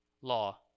law